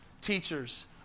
teachers